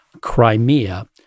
Crimea